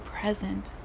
present